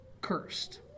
cursed